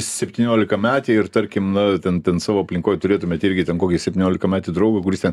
septyniolikametė ir tarkim na ten ten savo aplinkoj turėtumėt irgi ten kokį septyniolikametį draugą kuris ten